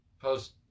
Post